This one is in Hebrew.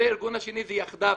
והארגון השני הוא "יחדיו",